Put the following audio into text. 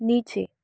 नीचे